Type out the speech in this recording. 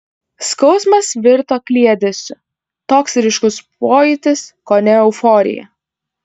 skausmas virto kliedesiu toks ryškus pojūtis kone euforija